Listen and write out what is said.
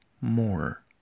more